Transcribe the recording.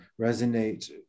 resonate